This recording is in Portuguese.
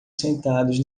sentados